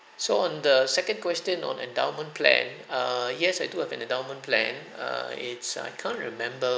so on the second question on endowment plan err yes I do have an endowment plan err it's I can't remember